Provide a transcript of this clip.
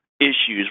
issues